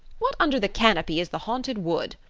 what under the canopy is the haunted wood?